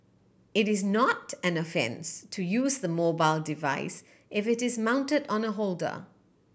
it is not an offence to use the mobile device if it is mounted on a holder